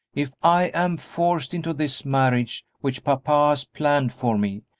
if i am forced into this marriage which papa planned for me,